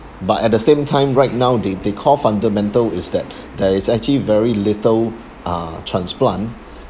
but at the same time right now they they call fundamental is that there is actually very little uh transplant